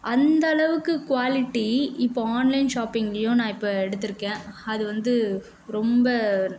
அந்த அளவுக்கு குவாலிட்டி இப்போது ஆன்லைன் ஷாப்பிங்லேயும் நான் இப்போ எடுத்திருக்கேன் அது வந்து ரொம்ப